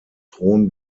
thron